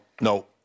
no